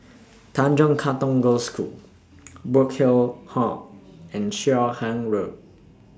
Tanjong Katong Girls' School Burkill Hall and Cheow Keng Road